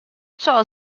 ciò